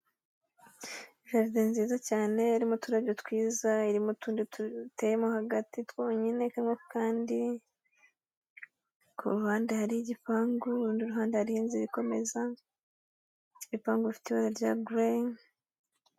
Jaride nziza cyane irimo uturabyo twiza, irimo utundi duteyemo hagati twonyine kamwe ku kandi, kuruhande hari igipangu, urundi ruhande hariho inzira ikomeza, igipangu gifite ibara rya gereyi.